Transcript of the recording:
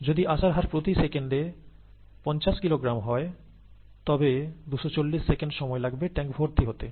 যদি আসার হার প্রতি সেকেন্ডে 50 কিলোগ্রাম হয় তবে 240 সেকেন্ড সময় লাগবে ট্যাংক ভর্তি হতে